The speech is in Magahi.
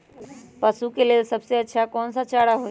पशु के लेल सबसे अच्छा कौन सा चारा होई?